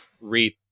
read